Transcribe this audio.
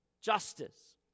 justice